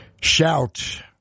Shout